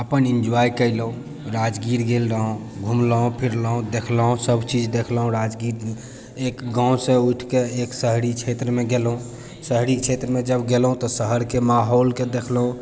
अपन इन्जॉय केलहुँ राजगीर गेल रहौं घुमलहुँ फिरलहुँ देखलहुँ सभ चीज देखलहुँ राजगीर एक गावसँ उठिकऽ एक शहरी क्षेत्रमे गेलहुँ शहरी क्षेत्रमे जब गेलहुँ तऽ शहरके माहौलके दखलहुँ